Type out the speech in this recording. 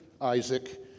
Isaac